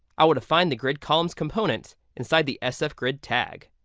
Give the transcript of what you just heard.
i would find the grid columns component inside the sf grid tag.